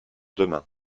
demain